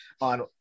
on